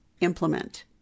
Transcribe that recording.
implement